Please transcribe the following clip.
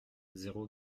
zéro